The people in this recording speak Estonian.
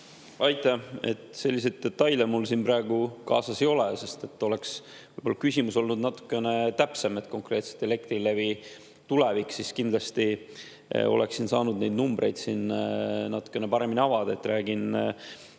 Aitäh! Selliseid detaile mul siin praegu kaasas ei ole. Oleks küsimus olnud natukene täpsem, konkreetselt Elektrilevi tulevik, siis kindlasti oleksin saanud neid numbreid siin natukene paremini avada. Räägin